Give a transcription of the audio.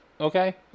Okay